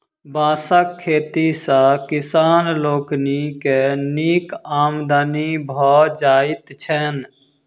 बाँसक खेती सॅ किसान लोकनि के नीक आमदनी भ जाइत छैन